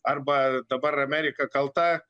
arba dabar amerika kalta